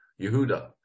Yehuda